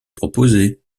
proposés